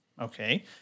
Okay